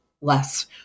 less